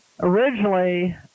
Originally